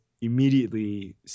immediately